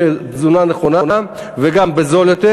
כדי שתהיה תזונה נכונה וגם יהיה זול יותר,